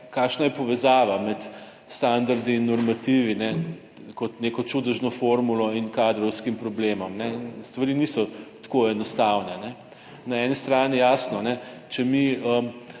kakšna je povezava med standardi in normativi kot neko čudežno formulo in kadrovskim problemom. Stvari niso tako enostavne. Na eni strani jasno, če mi